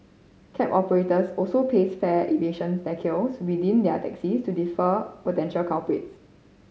cab operators also paste fare evasion decals within their taxis to defer potential culprits